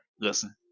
Listen